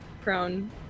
prone